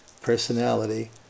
personality